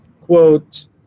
quote